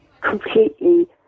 completely